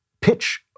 pitch